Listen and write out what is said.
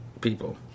people